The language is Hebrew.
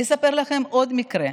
אני אספר לכם עוד מקרה.